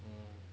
um